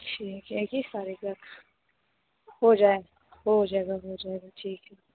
ठीक है इक्कीस तारीख का हो जाए हो जाएगा हो जाएगा ठीक है